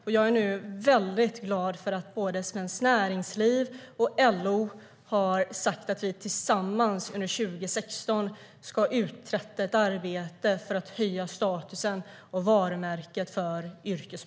Därför är jag väldigt glad att vi under 2016 ska arbeta tillsammans med Svenskt Näringsliv och LO för att höja yrkesprogrammens status och varumärke.